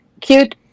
cute